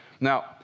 Now